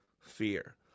Fear